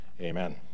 Amen